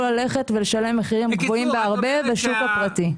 ללכת ולשלם מחירים גבוהים בהרבה בשוק הפרטי.